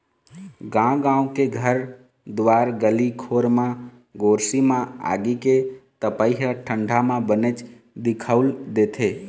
गाँव गाँव के घर दुवार गली खोर म गोरसी म आगी के तपई ह ठंडा म बनेच दिखउल देथे